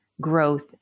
growth